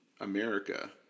America